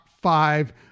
five